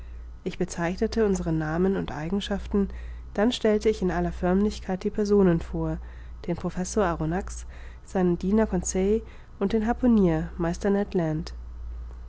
ich bezeichnete unsere namen und eigenschaften dann stellte ich in aller förmlichkeit die personen vor den professor arronax seinen diener conseil und den